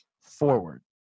forward